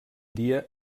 dia